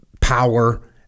power